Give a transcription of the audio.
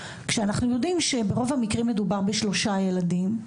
כאשר אנחנו יודעים שברוב המקרים מדובר בשלושה ילדים,